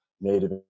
native